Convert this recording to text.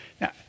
Now